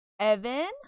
Evan